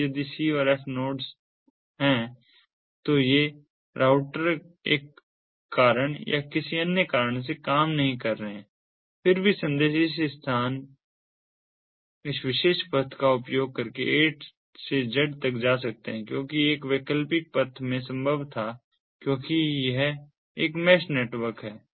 अब यदि C और F नोड्स हैं तो ये राउटर एक कारण या किसी अन्य कारण से काम नहीं कर रहे हैं फिर भी संदेश इस विशेष पथ का उपयोग करके A से Z तक जा सकते हैं क्योंकि एक वैकल्पिक पथ में संभव था क्योंकि यह एक मैश नेटवर्क है